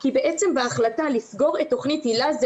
כי בעצם בהחלטה לסגור את תכנית היל"ה זה